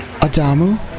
Adamu